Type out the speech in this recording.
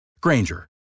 Granger